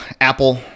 Apple